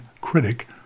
critic